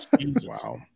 Wow